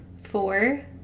four